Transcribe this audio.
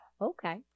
Okay